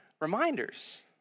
reminders